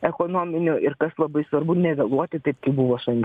ekonominių ir kas labai svarbu nevėluoti taip kaip buvo su in